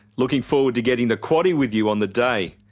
looking forward to getting the quaddie with you on the day.